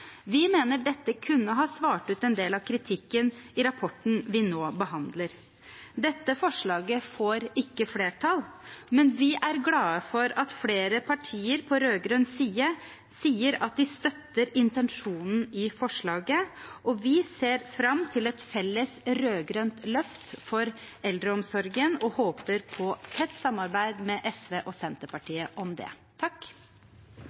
Vi mener dette kunne ha svart ut en del av kritikken i rapporten vi nå behandler. Dette forslaget får ikke flertall, men vi er glade for at flere partier på rød-grønn side sier at de støtter intensjonen i forslaget, og vi ser fram til et felles rød-grønt løft for eldreomsorgen og håper på tett samarbeid med SV og